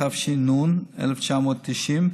התש"ן 1990,